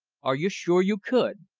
are you sure you could?